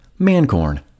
mancorn